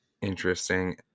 Interesting